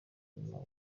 nyuma